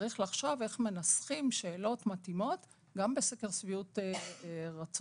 צריך לחשוב כיצד מנסחים שאלות מתאימות גם בסקר שביעות רצון